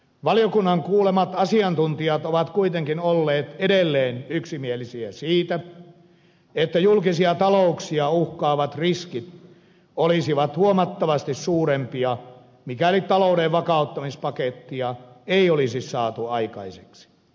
valiokunnan kuulemat asiantuntijat ovat kuitenkin olleet edelleen yksimielisiä siitä että julkisia talouksia uhkaavat riskit olisivat huomattavasti suurempia mikäli talouden vakauttamispakettia ei olisi saatu aikaiseksi